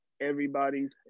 everybody's